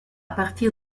partir